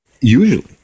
usually